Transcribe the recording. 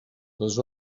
les